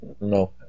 No